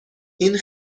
این